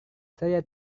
saya